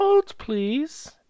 please